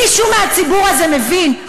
מישהו מהציבור הזה מבין?